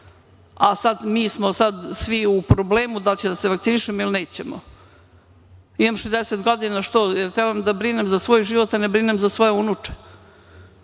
a sad smo svi u problemu da li ćemo da se vakcinišemo ili nećemo. Imam 60 godina, jel treba da brinem za svoj život, a ne brinem za svoje unuče.